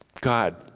God